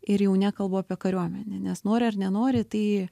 ir jau nekalbu apie kariuomenę nes nori ar nenori tai